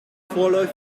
vorläufig